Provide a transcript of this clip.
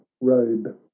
robe